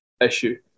issue